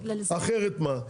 אחרת מה?